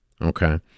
Okay